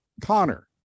Connor